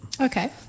Okay